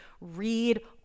Read